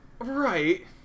Right